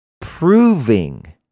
proving